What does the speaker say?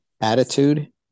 attitude